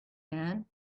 man